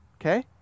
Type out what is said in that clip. okay